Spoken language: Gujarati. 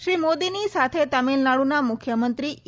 શ્રી મોદીની સાથે તમિલનાડુના મુખ્યમંત્રી ઇ